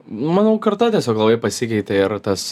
manau karta tiesiog labai pasikeitė ir tas